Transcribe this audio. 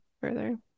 further